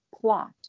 plot